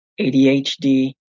ADHD